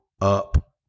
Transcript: up